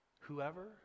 Whoever